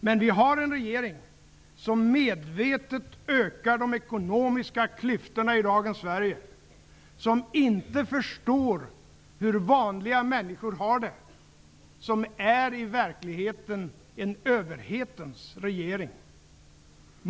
Men vi har en regering som medvetet ökar de ekonomiska klyftorna i dagens Sverige, som inte förstår hur vanliga människor har det, som i verkligheten är en överhetens regering.